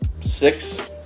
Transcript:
six